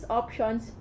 options